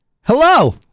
Hello